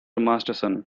masterson